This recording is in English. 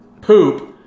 poop